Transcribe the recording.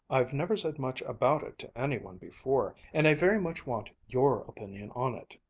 i've never said much about it to any one before, and i very much want your opinion on it.